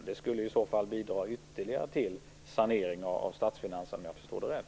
Det skulle i så fall ytterligare bidra till sanering av statsfinanserna, om jag förstår det rätt.